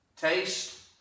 Taste